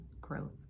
growth